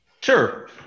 Sure